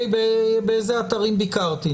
באיזה אתרים ביקרתי,